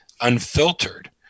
unfiltered